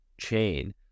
chain